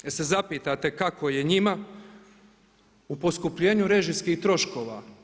Je li se zapitate kako je njima u poskupljenju režijskih troškova?